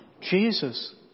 Jesus